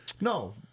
no